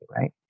right